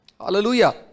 Hallelujah